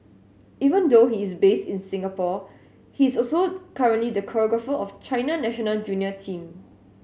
even though he is based in Singapore he is also currently the choreographer of China national junior team